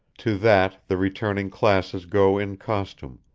to that the returning classes go in costume,